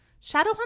Shadowhunters